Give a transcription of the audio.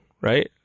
right